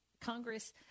Congress